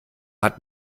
hat